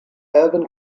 urban